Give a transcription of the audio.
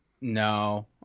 no